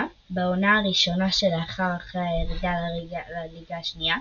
בעונה הראשונה שלאחר הירידה לליגה השנייה,